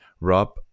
Rob